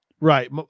right